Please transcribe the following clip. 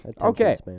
Okay